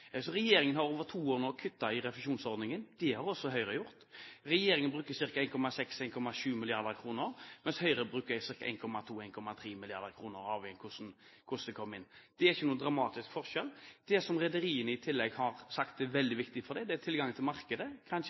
har også Høyre gjort. Regjeringen bruker ca. 1,6–1,7 mrd. kr, mens Høyre bruker ca. 1,2–1,3 mrd. kr, avhengig av hvordan det kommer inn. Det er ikke noen dramatisk forskjell. Det som rederiene i tillegg har sagt er veldig viktig for dem, er tilgang til markedet, kanskje